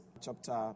chapter